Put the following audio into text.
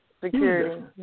Security